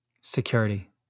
security